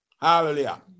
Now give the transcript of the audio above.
Hallelujah